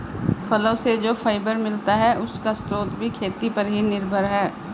फलो से जो फाइबर मिलता है, उसका स्रोत भी खेती पर ही निर्भर है